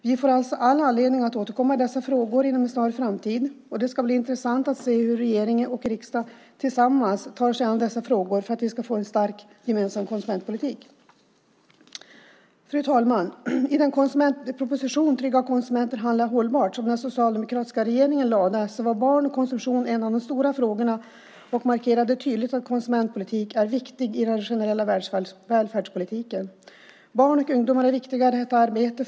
Vi får alltså all anledning att återkomma i dessa frågor inom en snar framtid, och det ska bli intressant att se hur regering och riksdag tillsammans tar sig an dessa frågor för att vi ska få en stark gemensam konsumentpolitik. Fru talman! I konsumentpropositionen Trygga konsumenter som handlar hållbart som den socialdemokratiska regeringen lade fram var barn och konsumtion en av de stora frågorna. Man markerade tydligt att konsumentpolitiken är viktig i den generella välfärdspolitiken. Barn och ungdomar är viktiga i detta arbete.